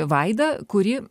vaida kuri